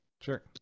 Sure